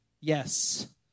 yes